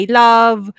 love